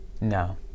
No